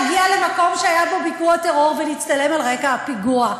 ראיתי שמיהרת להגיע למקום שהיה בו פיגוע טרור ולהצטלם על רקע הפיגוע.